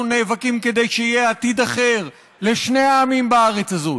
אנחנו נאבקים כדי שיהיה עתיד אחר לשני העמים בארץ הזאת,